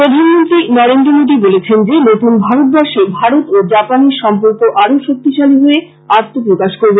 প্রধানমন্ত্রী নরেন্দ্র মোদী বলেছেন যে নতুন ভারতবর্ষে ভারত ও জাপানের সম্পর্ক আরো শক্তিশালী হয়ে আত্ম প্রকাশ করবে